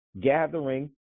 gathering